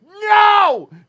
No